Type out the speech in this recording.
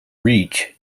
reach